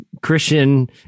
Christian